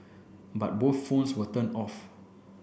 but both phones were turned off